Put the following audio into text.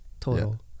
Total